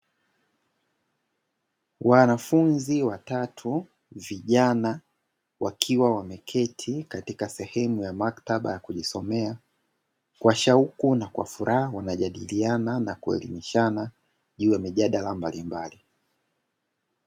Wanafunzi watatu vijana, wakiwa wameketi katika sehemu ya maktaba ya kujisomea. Kwa shauku na kwa furaha, wanajadiliana na kuelimishana juu ya mijadala mbalimbali.